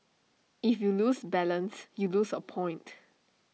if you lose balance you lose A point